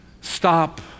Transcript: stop